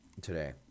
today